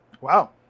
Wow